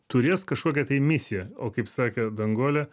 turės kažkokią tai misiją o kaip sakė danguolė